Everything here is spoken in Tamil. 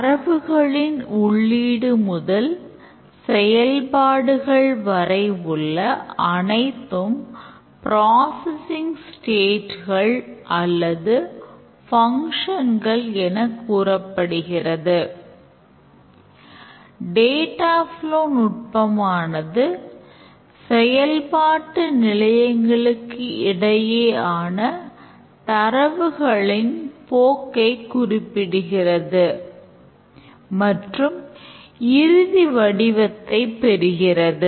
தரவுகளின் உள்ளீடு நுட்பமானது செயல்பாட்டு நிலையங்களுக்கு இடையேயான தரவுகளின் போக்கை குறிப்பிடுகிறது மற்றும் இறுதி வடிவத்தை பெறுகிறது